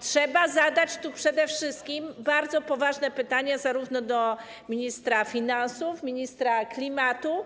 Trzeba zadać tu przede wszystkim bardzo poważne pytania zarówno do ministra finansów, ministra klimatu,